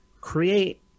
create